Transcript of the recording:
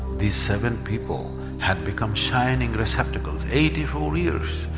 these seven people had become shining receptacles. eighty-four years,